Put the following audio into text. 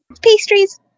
Pastries